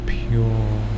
pure